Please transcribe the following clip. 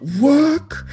work